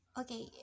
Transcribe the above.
okay